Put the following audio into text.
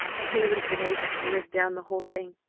and he would have been able to live down the whole thing,